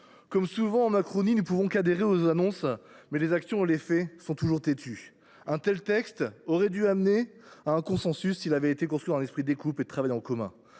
Comme souvent en Macronie, nous ne pouvons qu’adhérer aux annonces, mais les actions et les faits sont toujours têtus. Un tel texte aurait dû conduire à un consensus, s’il avait été construit dans un esprit d’écoute et de travail en commun.